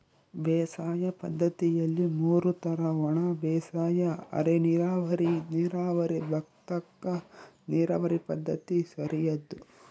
ಬೇಸಾಯ ಪದ್ದತಿಯಲ್ಲಿ ಮೂರು ತರ ಒಣಬೇಸಾಯ ಅರೆನೀರಾವರಿ ನೀರಾವರಿ ಭತ್ತಕ್ಕ ನೀರಾವರಿ ಪದ್ಧತಿ ಸರಿಯಾದ್ದು